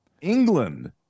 England